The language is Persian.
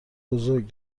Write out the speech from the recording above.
بزرگ